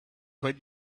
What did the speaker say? but